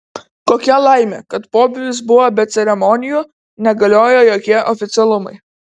kokia laimė kad pobūvis buvo be ceremonijų negalioja jokie oficialumai